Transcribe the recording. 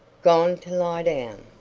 gone to lie down.